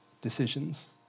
decisions